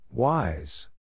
Wise